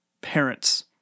parents